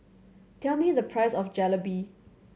tell me the price of Jalebi